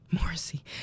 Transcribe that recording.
morrissey